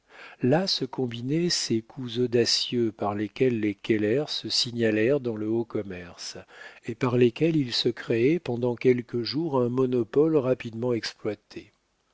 là se combinaient ces coups audacieux par lesquels les keller se signalèrent dans le haut commerce et par lesquels ils se créaient pendant quelques jours un monopole rapidement exploité